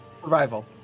Survival